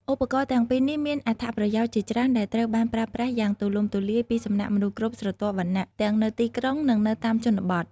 ឧបករណ៍ទាំងពីរនេះមានអត្ថប្រយោជន៍ជាច្រើនដែលត្រូវបានប្រើប្រាស់យ៉ាងទូលំទូលាយពីសំណាក់មនុស្សគ្រប់ស្រទាប់វណ្ណៈ ទាំងនៅទីក្រុងនិងនៅតាមជនបទ។